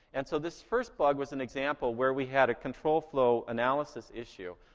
and so this first bug was an example where we had a control flow analysis issue.